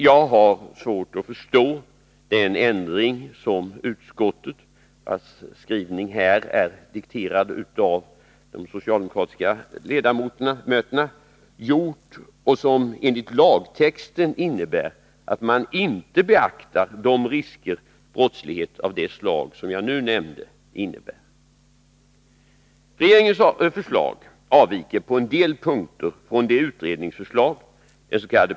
Jag har svårt att förstå den ändring som utskottet — vars skrivning här är dikterad av de socialdemokratiska ledamöterna — gjort och som enligt lagtexten innebär att man inte beaktar de risker som är förknippade med brottslighet av det slag som jag nu nämnde. Regeringens förslag avviker på en del punkter från det utredningsförslag — dens.k.